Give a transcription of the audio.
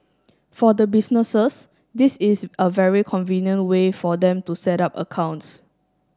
for the businesses this is a very convenient way for them to set up accounts